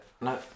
No